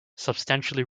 substantially